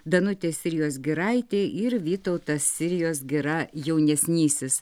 danutė sirijos giraitė ir vytautas sirijos gira jaunesnysis